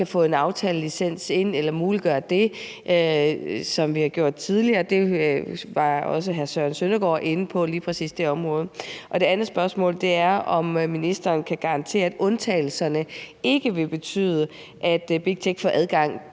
kan få en aftalelicens ind eller muliggøre det, som vi har gjort tidligere. Lige præcis det område var hr. Søren Søndergaard også inde på. Det andet spørgsmål er, om ministeren kan garantere, at undtagelserne ikke vil betyde, at Big Tech får adgang